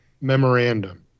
memorandum